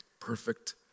Perfect